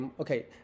okay